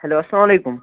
hello السلام علیکُم